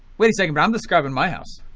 wait a second, but i'm describing my house.